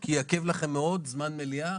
כי אחרת, זה יעכב לכם מאוד זמן מליאה.